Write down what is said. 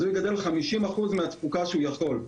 אז הוא יגדל 50 אחוזים מהתפוקה שהיא יכול.